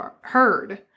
heard